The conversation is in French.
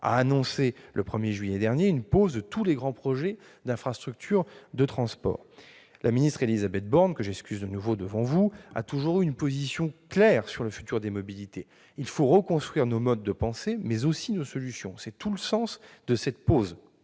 a annoncé, le 1 juillet dernier, une pause de tous les grands projets d'infrastructures de transport. Mme la ministre chargée des transports, dont j'excuse à nouveau l'absence devant vous, a toujours eu une position claire sur le futur des mobilités : il faut reconstruire nos modes de pensée mais aussi nos solutions. C'est tout le sens de cette pause